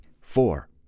four